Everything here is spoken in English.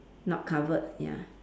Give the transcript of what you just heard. not covered ya